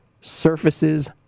Surfaces